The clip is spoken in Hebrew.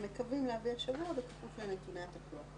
הם מקווים להביא השבוע בכפוף לנתוני התחלואה.